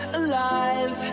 alive